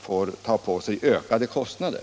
får ta på sig ökade kostnader.